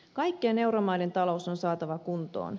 kaikkien euromaiden talous on saatava kuntoon